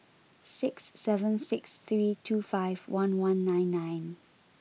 six seven six three two five one one nine nine